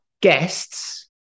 guests